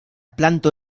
planto